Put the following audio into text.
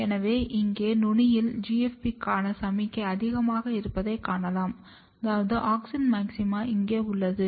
எனவே இங்கே நுனியில் GFP க்கான சமிக்ஞை அதிகமாக இருப்பதைக் காணலாம் அதாவது ஆக்ஸின் மாக்சிமா இங்கே உள்ளது